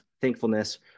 thankfulness